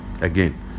Again